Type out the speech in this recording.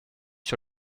sur